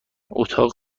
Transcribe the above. اتاق